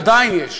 עדיין, אפשר לומר.